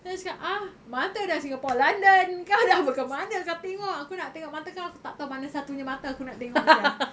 terus aku cakap ah mata dah singapore london kau dah ke mana kau tengok aku nak tengok mata kau aku tak tahu mana satu punya mata aku nak tengok sia